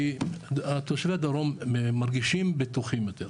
כי תושבי הדרום מרגישים בטוחים יותר.